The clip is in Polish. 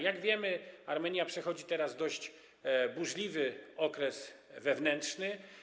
Jak wiemy, Armenia przechodzi teraz dość burzliwy okres wewnętrzny.